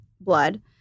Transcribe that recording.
blood